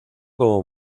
como